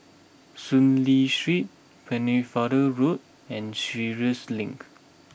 Soon Lee Street Pennefather Road and Sheares Link